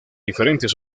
diferentes